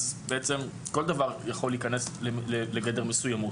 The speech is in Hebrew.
בעצם כל דבר יכול להיכנס לגדר מסוימות.